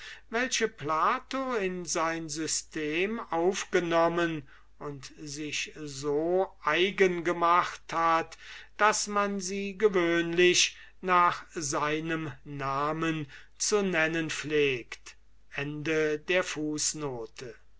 welche plato in sein system aufgenommen und sich so eigen gemacht hat daß man sie gewöhnlich nach seinem namen zu nennen pflegt